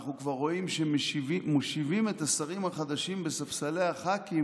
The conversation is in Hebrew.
אנחנו כבר רואים שמושיבים את השרים החדשים בספסלי חברי הכנסת,